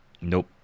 Nope